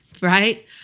Right